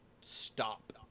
stop